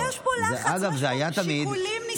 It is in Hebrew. יש פה לחץ, יש פה שיקולים נסתרים.